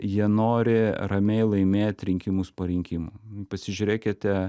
jie nori ramiai laimėt rinkimus po rinkimų pasižiūrėkite